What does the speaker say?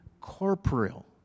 corporeal